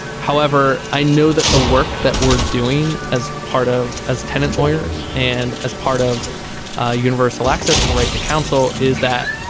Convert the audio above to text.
however i know that the work that we're doing as part of as tenant lawyers and as part of ah universal access and right to counsel is that